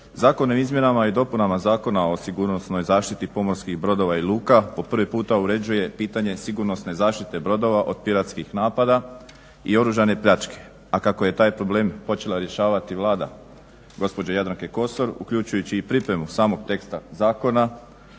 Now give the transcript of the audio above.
Zakon o izmjenama i dopunama Zakona o sigurnosnoj zaštiti pomorskih brodova i luka po prvi puta uređuje pitanje sigurnosne zaštite brodova od piratskih napada i oružane pljačke, a kako je taj problem počela rješavati Vlada gospođe Jadranke Kosor uključujući i pripremu samog teksta zakona